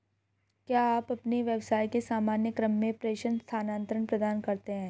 क्या आप अपने व्यवसाय के सामान्य क्रम में प्रेषण स्थानान्तरण प्रदान करते हैं?